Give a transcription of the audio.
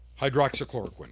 hydroxychloroquine